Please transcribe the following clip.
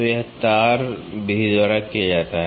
तो यह 2 तार विधि द्वारा किया जाता है